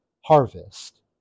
harvest